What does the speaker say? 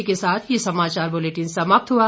इसी के साथ ये समाचार बुलेटिन समाप्त हुआ